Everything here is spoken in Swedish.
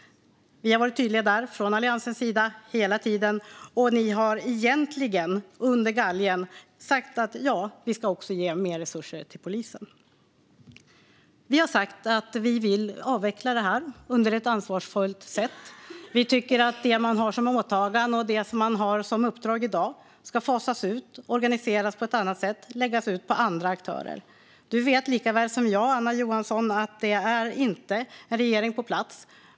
Vi har från Alliansens sida varit tydliga där hela tiden. Ni har egentligen under galgen sagt att ni också ska ge mer resurser till polisen. Vi har sagt att vi vill avveckla Jämställdhetsmyndigheten på ett ansvarsfullt sätt. Vi tycker att de åtaganden och uppdrag man har i dag ska fasas ut och organiseras på ett annat sätt, läggas ut på andra aktörer. Du vet lika väl som jag, Anna Johansson, att det inte finns en regering på plats.